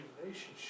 relationship